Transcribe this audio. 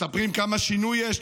מספרים כמה שינוי יש,